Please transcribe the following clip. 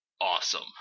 awesome